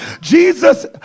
Jesus